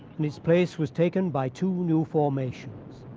in its place was taken by two new formations.